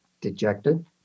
dejected